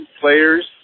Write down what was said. players